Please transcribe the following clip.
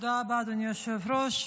תודה רבה, אדוני היושב-ראש.